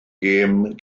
gêm